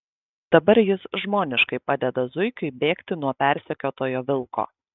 dabar jis žmoniškai padeda zuikiui bėgti nuo persekiotojo vilko